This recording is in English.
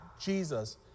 Jesus